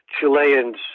Chileans